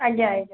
ଆଜ୍ଞା ଆଜ୍ଞା